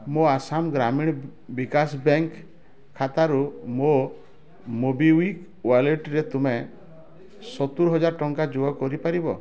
ମୋ ଆସାମ ଗ୍ରାମୀଣ ବିକାଶ ବ୍ୟାଙ୍କ୍ ଖାତାରୁ ମୋ ମୋବିକ୍ୱିକ୍ ୱାଲେଟ୍ରେ ତୁମେ ସତୁରି ହଜାରେ ଟଙ୍କା ଯୋଗ କରିପାରିବ